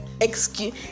Excuse